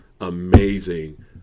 amazing